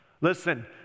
Listen